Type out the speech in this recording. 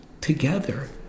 together